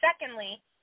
secondly